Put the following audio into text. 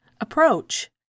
approach